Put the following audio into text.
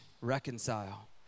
reconcile